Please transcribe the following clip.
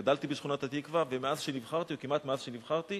גדלתי בשכונת-התקווה, ומאז שנבחרתי,